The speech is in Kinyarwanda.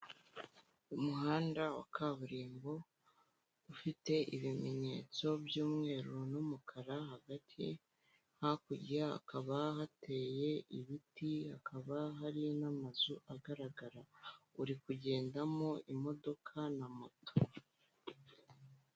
Umuhanda wa kaburimbo ufite ibimenyetso by'umweru n'umukara hagati, hakurya hakaba hateye ibiti, hakaba hari n'amazu agaragara, uri kugendamo imodoka na moto.